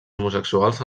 homosexuals